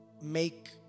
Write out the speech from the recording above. make